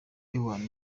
ewana